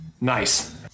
Nice